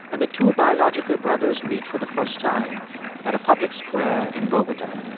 and the two biological brothers meet for the first time at a public square in bogota.